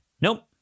Nope